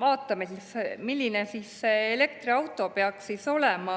Vaatame, milline siis elektriauto peaks olema.